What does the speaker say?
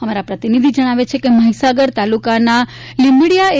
અમારા પ્રતિનિધિ જણાવે છે કે મહિસાગર તાલુકાના લીંબડીયા એ